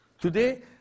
Today